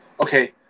Okay